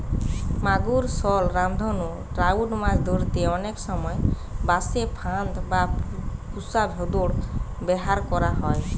মাগুর, শল, রামধনু ট্রাউট মাছ ধরতে অনেক সময় বাঁশে ফাঁদ বা পুশা ভোঁদড় ব্যাভার করা হয়